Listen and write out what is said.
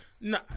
No